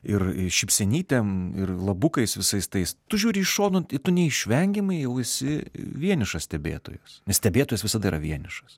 ir šypsenytem ir labukais visais tais tu žiūri iš šono tu neišvengiamai jau esi vienišas stebėtojas nes stebėtojas visada yra vienišas